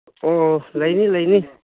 ꯑꯣ ꯂꯩꯅꯤ ꯂꯩꯅꯤ